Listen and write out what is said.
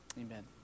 amen